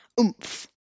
oomph